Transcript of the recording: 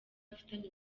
afitanye